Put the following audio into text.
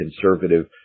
conservative